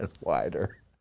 wider